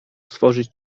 stworzyć